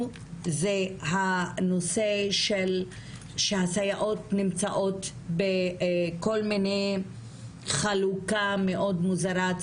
זה הנושא שהסייעות נמצאות בכל מיני חלוקה מאוד מוזרה,